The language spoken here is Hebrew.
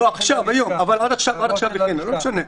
עד עכשיו הכינו.